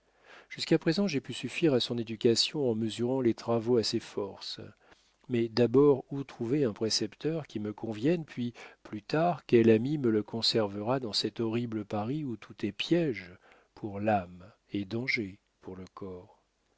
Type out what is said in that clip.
jusqu'à présent j'ai pu suffire à son éducation en mesurant les travaux à ses forces mais d'abord où trouver un précepteur qui me convienne puis plus tard quel ami me le conservera dans cet horrible paris où tout est piége pour l'âme et danger pour le corps